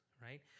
right